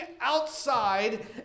outside